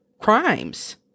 crimes